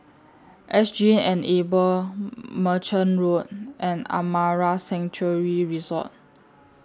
S G Enable Merchant Road and Amara Sanctuary Resort